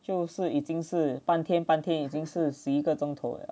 就是已经是半天半天已经是十一个钟头了